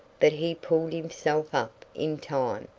but he pulled himself up in time.